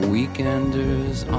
Weekenders